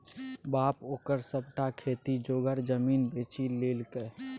बाप ओकर सभटा खेती जोगर जमीन बेचि लेलकै